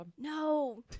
no